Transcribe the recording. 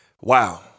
wow